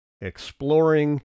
exploring